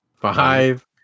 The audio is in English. Five